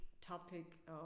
topic